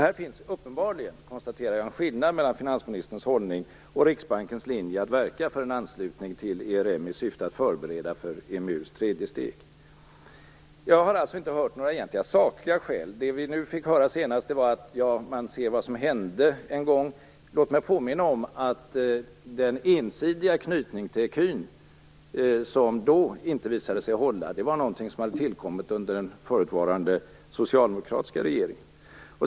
Här finns uppenbarligen, kan jag konstatera, en skillnad mellan finansministerns hållning och Riksbankens linje att verka för en anslutning till ERM i syfte att förbereda för EMU:s tredje steg. Jag har inte fått höra några egentliga sakliga skäl. Det vi nu senast fick höra var att man ser vad som hände en gång. Låt mig påminna om att den ensidiga knytning till ecun som då inte visade sig hålla hade tillkommit under den förutvarande socialdemokratiska regeringen.